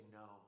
no